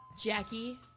Jackie